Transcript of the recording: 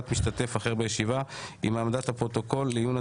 שעברו הטרדה מינית